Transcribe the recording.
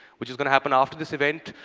which is going to happen after this event,